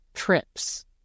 trips